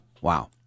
Wow